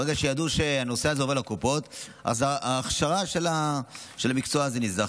ברגע שידעו שהנושא הזה עובר לקופות אז ההכשרה של המקצוע הזה נזנחה,